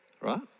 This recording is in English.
Right